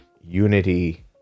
unity